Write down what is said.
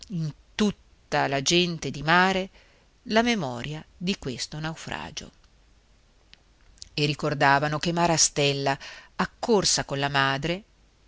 tutta la gente di mare la memoria di questo naufragio e ricordavano che marastella accorse con la madre